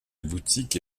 boutique